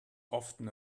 often